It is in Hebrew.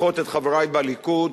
לפחות את חברי בליכוד,